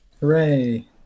Hooray